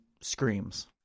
screams